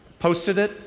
posted it.